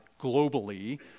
globally